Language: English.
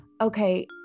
Okay